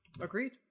Agreed